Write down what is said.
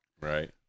right